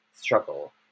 struggle